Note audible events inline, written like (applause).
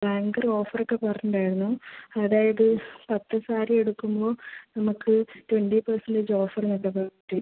ഭയങ്കര ഓഫറൊക്കെ പറഞ്ഞിട്ടുണ്ടായിരുന്നു അതായത് പത്ത് സാരി എടുക്കുമ്പോൾ നമുക്ക് ട്വൻറ്റി പെർസൻറ്റേജ് ഓഫറ് (unintelligible)